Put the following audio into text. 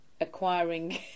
acquiring